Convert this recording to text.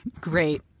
Great